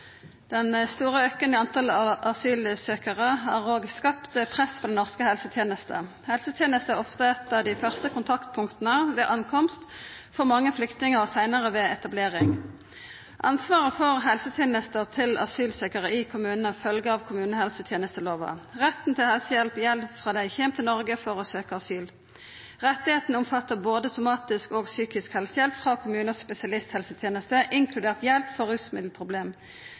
Den store auken i talet på asylsøkjarar har òg skapt press på den norske helsetenesta. Helsetenesta er ofte eit av dei første kontaktpunkta for mange flyktningar når dei kjem – og seinare ved etablering. Ansvaret for helsetenester til asylsøkjarar i kommunane følgjer av kommunehelsetjenesteloven. Retten til helsehjelp gjeld frå dei kjem til Noreg for å søkja asyl. Retten omfattar både somatisk helsehjelp og psykisk helsehjelp frå kommunehelseteneste og spesialisthelseteneste, inkludert hjelp for rusmiddelproblem.